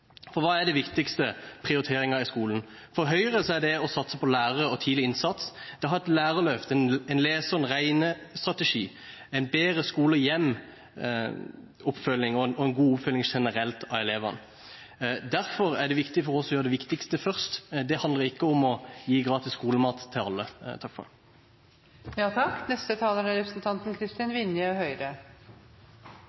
For hva er de viktigste prioriteringene i skolen? For Høyre er det å satse på lærere og tidlig innsats, å ha et lærerløft, en lese- og regnestrategi, en bedre skole–hjem-oppfølging og en god oppfølging generelt av elevene. Derfor er det viktig for oss å gjøre det viktigste først. Det handler ikke om å gi gratis skolemat til alle.